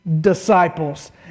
Disciples